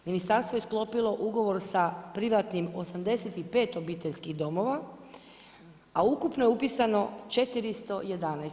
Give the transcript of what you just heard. Ministarstvo je sklopilo ugovor sa privatnim 85 obiteljskih domova a ukupno je upisano 411.